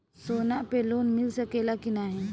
सोना पे लोन मिल सकेला की नाहीं?